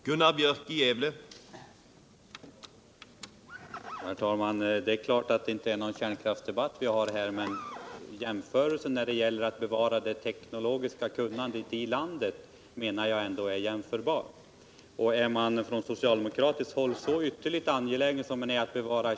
Herr talman! Vi drar oss inte för att ta ställning emot den egna valkretsens intressen. Men när intressena sammanfaller ser jag inget fel i att man hävdar dem i samma anförande. Skall vi föra neutralitetspolitik, då behöver vi ha ett försvar.